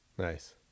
Nice